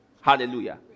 Hallelujah